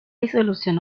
disolución